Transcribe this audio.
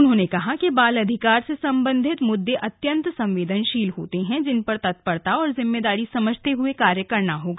उन्होंने कहा कि बाल अधिकार से संबधित मुद्दे अत्यंत संवेदनशील होते हैं जिन पर तत्परता और जिम्मेदारी समझते हुए कार्य करना होगा